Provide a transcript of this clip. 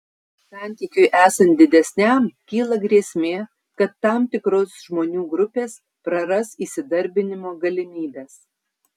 santykiui esant didesniam kyla grėsmė kad tam tikros žmonių grupės praras įsidarbinimo galimybes